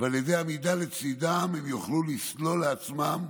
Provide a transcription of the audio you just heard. ועל ידי העמידה לצידם הם יוכלו לסלול לעצמם,